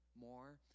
more